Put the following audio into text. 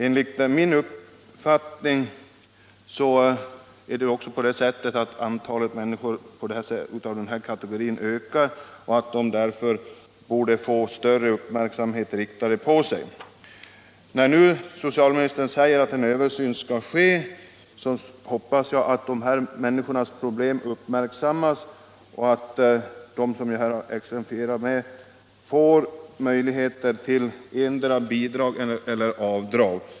Enligt uppgift ökar också antalet bröstcanceroperationer för varje år, samtidigt som ett antal av dessa patienter drabbas av följdverkningar som tarvar speciell uppmärksamhet så att de inte drabbas även ekonomiskt. När nu socialministern säger att en översyn av reglerna för rätt till handikappersättning skall ske hoppas jag att de här människornas problem skall uppmärksammas och att de får möjlighet till antingen bidrag eller rätt att göra avdrag.